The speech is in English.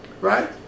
right